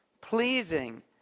pleasing